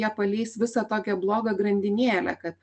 jie paleis visą tokią blogą grandinėlę kad